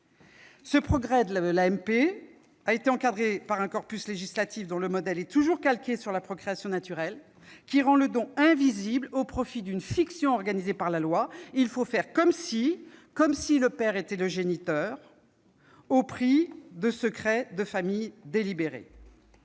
Ce progrès de l'AMP a été encadré par un corpus législatif dont le modèle est toujours calqué sur la procréation naturelle et qui rend le don invisible, au profit d'une fiction organisée par la loi. Il faut faire comme si le père était le géniteur, au prix d'un secret de famille délibéré.